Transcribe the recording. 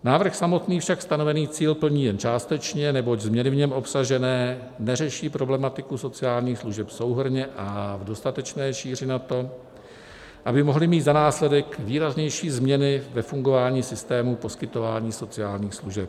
Návrh samotný však stanovený cíl plní jen částečně, neboť změny v něm obsažené neřeší problematiku sociálních služeb souhrnně a v dostatečné šíři na to, aby mohly mít za následek výraznější změny ve fungování systému poskytování sociálních služeb.